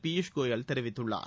பியூஷ் கோயல் தெரிவித்துள்ளார்